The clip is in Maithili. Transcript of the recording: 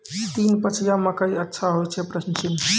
तीन पछिया मकई अच्छा होय छै?